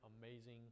amazing